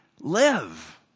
live